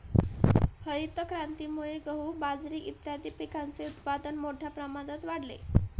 हरितक्रांतीमुळे गहू, बाजरी इत्यादीं पिकांचे उत्पादन मोठ्या प्रमाणात वाढले